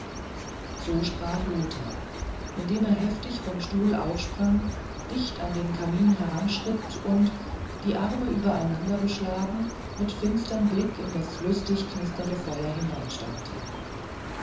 so sprach lothar indem er heftig vom stuhl aufsprang dicht an den kamin hinanschritt und die arme übereinandergeschlagen mit finsterm blick in das lustig knisternde feuer